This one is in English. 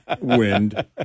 Wind